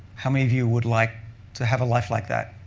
how many of you would like to have a life like that?